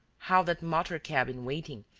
how that motor-cab in waiting,